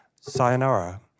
Sayonara